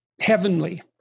heavenly